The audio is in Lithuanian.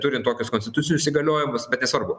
turint tokius konstitucinius įgaliojimus bet nesvarbu